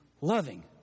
loving